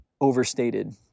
Overstated